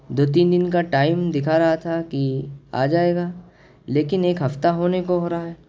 دو تین دن کا ٹائم دکھا رہا تھا کہ آ جائے گا لیکن ایک ہفتہ ہونے کو ہو رہا ہے